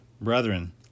Brethren